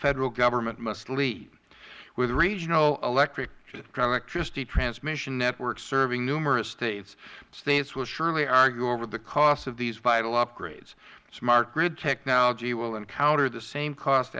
federal government must lead with regional electricity transmission networks serving numerous states states will surely argue over the costs of these vital upgrades smart grid technology will encounter the same cost